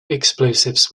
explosives